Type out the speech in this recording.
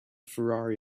ferrari